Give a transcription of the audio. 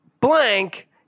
blank